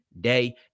day